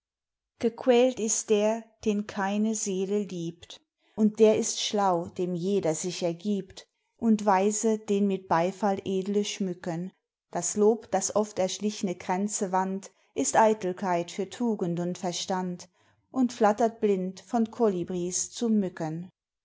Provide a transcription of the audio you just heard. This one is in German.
gequält ist der den keine seele liebt und der ist schlau dem jeder sich ergiebt und weise den mit beifall edle schmücken das lob das oft erschlichne kränze wand ist eitelkeit für tugend und verstand und flattert blind von kolibris zu mücken